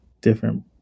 different